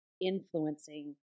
influencing